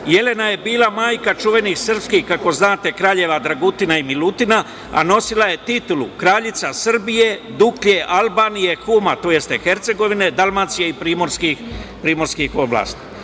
Jelena je bila majka čuvenih srpskih kraljeva Dragutina i Milutina, a nosila je titulu kraljica Srbije, Duklje, Albanije, Huma, to jest Hercegovine, Dalmacije i primorskih oblasti.Za